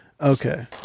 Okay